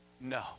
No